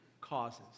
causes